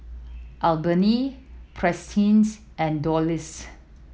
Albina Prentice and Delois